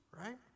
right